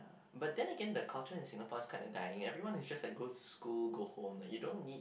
but then again the culture in Singapore is kind of like dying everyone is just like go to school go home you don't need